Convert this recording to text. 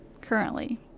currently